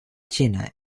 china